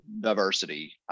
diversity